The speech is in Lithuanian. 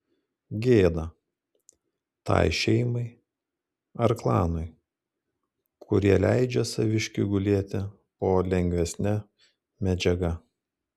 gėda tai šeimai ar klanui kurie leidžia saviškiui gulėti po lengvesne medžiaga